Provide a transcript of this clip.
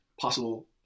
possible